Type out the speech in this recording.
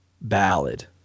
ballad